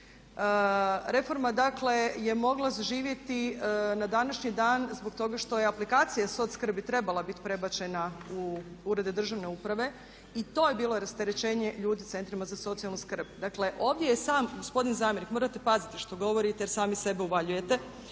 Reforma dakle je mogla zaživjeti na današnji dan zbog toga što je aplikacija socijalne skrbi trebala biti prebačena u urede državne uprave i to je bilo rasterećenje ljudi centrima za socijalnu skrb. Dakle ovdje je sam gospodin zamjenik, morate paziti što govorite jer sami sebe uvaljujete.